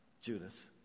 Judas